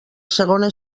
segona